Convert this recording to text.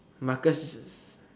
Marcus s~